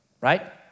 right